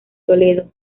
toledo